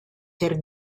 per